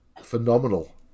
phenomenal